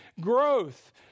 growth